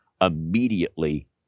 immediately